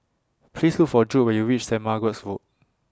Please Look For Judd when YOU REACH Saint Margaret's Road